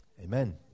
amen